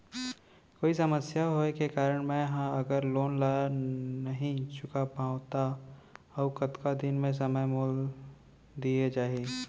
कोई समस्या होये के कारण मैं हा अगर लोन ला नही चुका पाहव त अऊ कतका दिन में समय मोल दीये जाही?